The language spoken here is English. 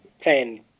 playing